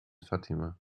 fatima